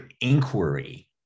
inquiry